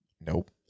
nope